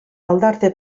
aldarte